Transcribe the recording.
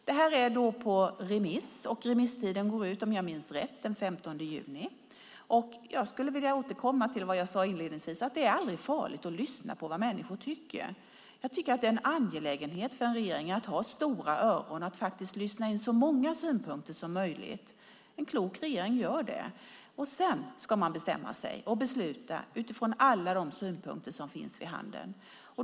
Det här är på remiss, och remisstiden går om jag minns rätt ut den 15 juni. Jag skulle vilja återkomma till vad jag sade inledningsvis: Det är aldrig farligt att lyssna på vad människor tycker. Det är en angelägenhet för en regering att ha stora öron och lyssna in så många synpunkter som möjligt. En klok regering gör det. Sedan ska man bestämma sig och besluta utifrån alla de synpunkter som finns vid handen.